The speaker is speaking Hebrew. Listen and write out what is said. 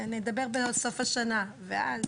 נדבר בסוף השנה ואז